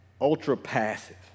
ultra-passive